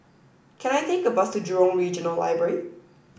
can I take a bus to Jurong Regional Library